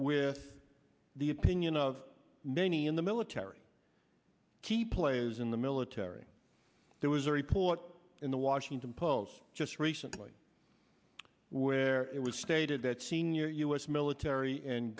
with the opinion of many in the military key players in the military there was a report in the washington post just recently where it was stated that senior u s military and